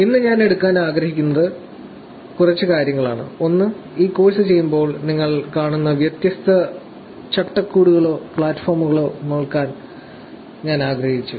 ഇന്ന് ഞാൻ എടുക്കാൻ ആഗ്രഹിക്കുന്നത് കുറച്ച് കാര്യങ്ങളാണ് ഒന്ന് ഈ കോഴ്സ് ചെയ്യുമ്പോൾ നിങ്ങൾ കാണുന്ന വ്യത്യസ്ത ചട്ടക്കൂടുകളോ പ്ലാറ്റ്ഫോമുകളോ നോക്കാൻ ഞാൻ ആഗ്രഹിച്ചു